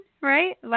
right